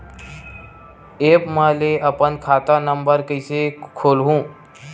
App म ले अपन खाता नम्बर कइसे खोलहु?